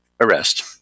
arrest